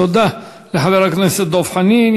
תודה לחבר הכנסת דב חנין.